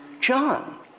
John